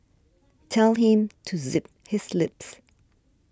tell him to zip his lips